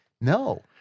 no